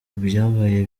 ibyabaye